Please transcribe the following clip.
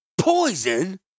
Poison